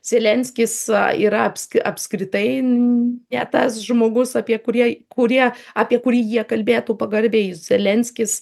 zelenskis yra apsk apskritai ne tas žmogus apie kurie kurie apie kurį jie kalbėtų pagarbiai zelenskis